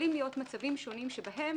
- יכולים להיות מצבים שונים שבהם